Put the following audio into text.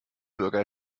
bürger